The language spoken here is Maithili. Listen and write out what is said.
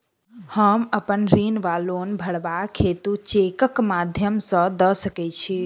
हम अप्पन ऋण वा लोन भरबाक हेतु चेकक माध्यम सँ दऽ सकै छी?